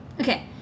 Okay